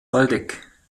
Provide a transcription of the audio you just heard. waldeck